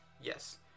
Yes